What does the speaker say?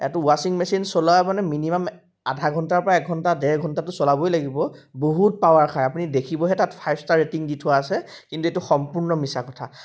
এইটো ৱাশ্বিং মেচিন চলোৱা মানে মিনিমাম আধা ঘণ্টাৰ পৰা এঘণ্টা ডেৰ ঘণ্টাটো চলাবই লাগিব বহুত পাৱাৰ খাই আপুনি দেখিবহে তাত ফাইভ ষ্টাৰ ৰেটিং দি থোৱা আছে কিন্তু এইটো সম্পূৰ্ণ মিছা কথা